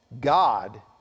God